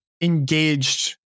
engaged